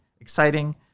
exciting